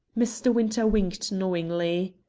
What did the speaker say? mr. winter winked knowingly.